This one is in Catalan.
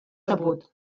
sabut